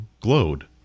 glowed